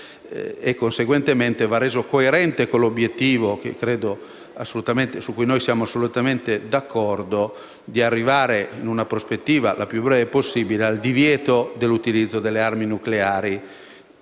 e, conseguentemente, reso coerente con l'obiettivo, su cui siamo assolutamente d'accordo, di arrivare, in una prospettiva la più breve possibile, al divieto dell'utilizzo delle armi nucleari